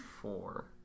Four